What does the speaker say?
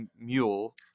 mule